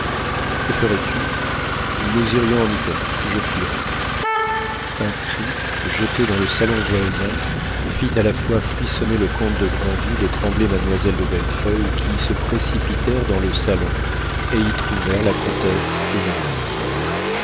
que ferais-tu nous irions en italie je fuirais un cri jeté dans le salon voisin fit à la fois frissonner le comte de granville et trembler mademoiselle de bellefeuille qui se précipitèrent dans le salon et y trouvèrent la comtesse évanouie